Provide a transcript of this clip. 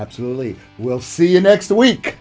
absolutely we'll see you next week